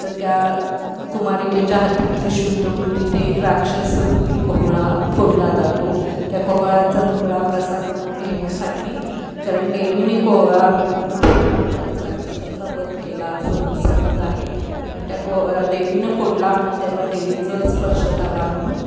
तर त्या कुमारिकेच्या हाती त्रिशुल देऊन तिथे राक्षसरूपी कोहळा फोडला जातो त्या कोहळ्याचा तुकडा प्रसाद म्हणून घेण्यासाठी कारण देवीने कोहळा फोडला म्हणजेच राक्षसाचा वध केला असं समज आहे आणि त्या कोह देवीने फोडला मग त्याला देवीचा स्पर्श झाला म्हणून